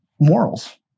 morals